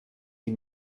die